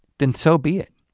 then so be it.